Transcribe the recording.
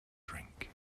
drink